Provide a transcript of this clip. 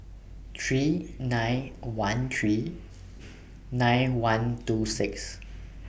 three nine one three nine one two six